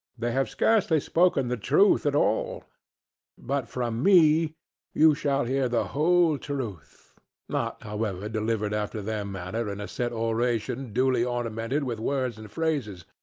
they have scarcely spoken the truth at all but from me you shall hear the whole truth not, however, delivered after their manner in a set oration duly ornamented with words and phrases.